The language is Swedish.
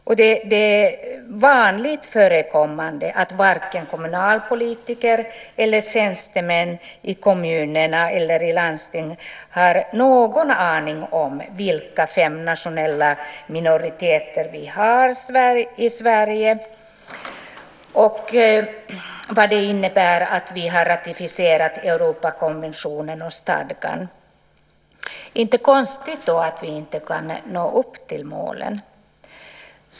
Det är vanligt förekommande att varken kommunalpolitiker eller tjänstemän i kommunerna och landstingen har någon aning om vilka fem nationella minoriteter vi har i Sverige och vad det innebär att vi har ratificerat Europakonventionen och stadgan. Det är då inte konstigt att vi inte kan nå upp till målen.